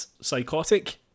Psychotic